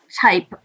type